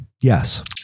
Yes